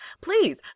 Please